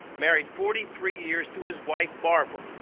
married forty three years to his wife, barbara.